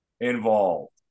involved